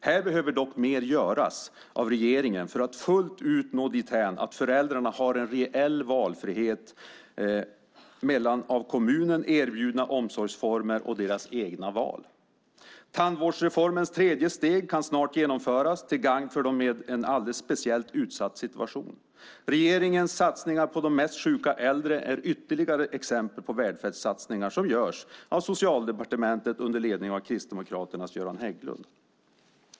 Här behöver dock mer göras av regeringen för att fullt ut nå dithän att föräldrarna har en reell valfrihet mellan av kommunen erbjudna omsorgsformer och deras egna val. Tandvårdsreformens tredje steg kan snart genomföras till gagn för dem i en speciellt utsatt situation. Regeringens satsningar på de mest sjuka äldre är ytterligare exempel på välfärdssatsningar som görs av Socialdepartementet under ledning av Kristdemokraternas Göran Hägglund.